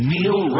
Neil